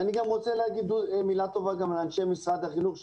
אני גם רוצה להגיד מילה טובה גם לאנשי משרד החינוך,